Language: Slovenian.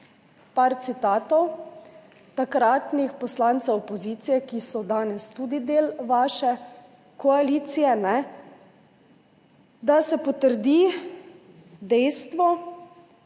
par citatov takratnih poslancev opozicije, ki so danes tudi del vaše koalicije, da se potrdi dejstvo,